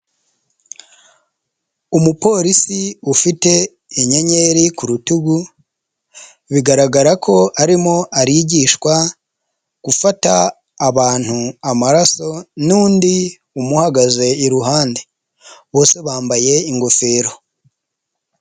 Umupolisi ufite inyenyeri ku rutugu bigaragara ko arimo arigishwa gufata abantu amaraso n'undi umuhagaze iruhande bose bambaye ingofero.